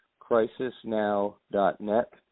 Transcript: crisisnow.net